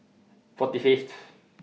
forty Fifth